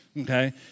okay